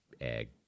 egg